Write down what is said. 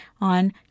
on